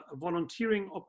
volunteering